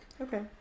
okay